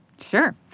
Sure